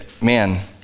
man